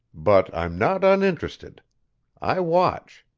but i'm not uninterested i watch.